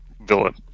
villain